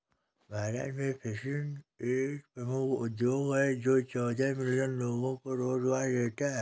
भारत में फिशिंग एक प्रमुख उद्योग है जो चौदह मिलियन लोगों को रोजगार देता है